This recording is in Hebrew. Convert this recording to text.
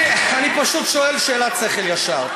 אני פשוט שואל שאלת שכל ישר.